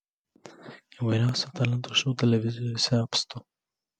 įvairiausių talentų šou televizijose apstu